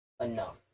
enough